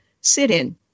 sit-in